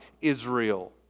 Israel